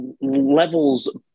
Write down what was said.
levels